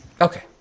Okay